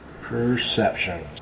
Perception